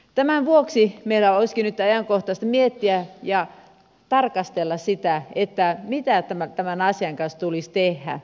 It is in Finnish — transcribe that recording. tämän vuoksi meidän olisikin nytten ajankohtaista miettiä ja tarkastella sitä mitä tämän asian kanssa tulisi tehdä